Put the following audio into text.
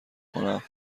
کنم